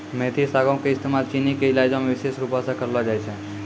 मेथी सागो के इस्तेमाल चीनी के इलाजो मे विशेष रुपो से करलो जाय छै